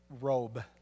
robe